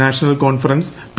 national Conference P